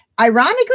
Ironically